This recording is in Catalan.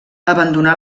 abandonà